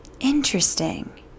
Interesting